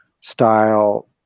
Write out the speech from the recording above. style